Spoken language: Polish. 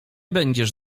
będziesz